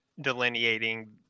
delineating